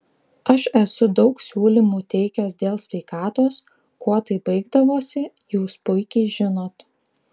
aš esu daug siūlymų teikęs dėl sveikatos kuo tai baigdavosi jūs puikiai žinot